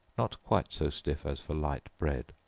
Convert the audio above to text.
not quite so stiff as for light bread,